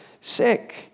sick